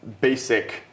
basic